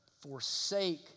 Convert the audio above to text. forsake